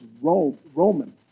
Roman